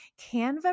Canva